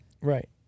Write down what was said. Right